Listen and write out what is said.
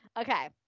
Okay